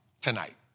tonight